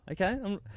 okay